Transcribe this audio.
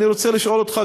אני רוצה לשאול אותך,